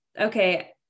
okay